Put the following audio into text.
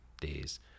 days